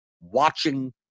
watching